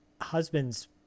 husband's